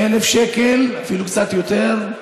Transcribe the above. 100,000 שקל, אפילו קצת יותר,